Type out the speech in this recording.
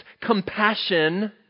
compassion